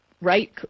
right